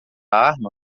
arma